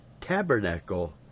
tabernacle